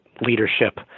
leadership